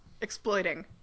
exploiting